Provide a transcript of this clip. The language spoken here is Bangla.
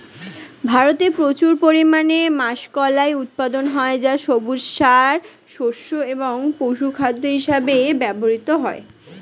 ভারতে প্রচুর পরিমাণে মাষকলাই উৎপন্ন হয় যা সবুজ সার, শস্য এবং পশুখাদ্য হিসেবে ব্যবহৃত হয়